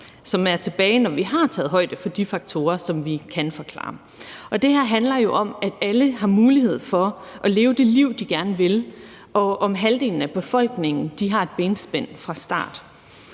som er tilbage, når vi har taget højde for de faktorer, som vi kan forklare. Og det her handler jo om, at alle skal have mulighed for at leve det liv, de gerne vil, og om, at halvdelen af befolkningen har et benspænd fra start.